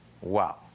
wow